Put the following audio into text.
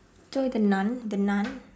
joy the nun the nun